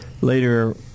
later